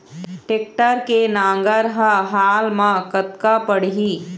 Tractor के नांगर हर हाल मा कतका पड़िही?